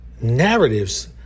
narratives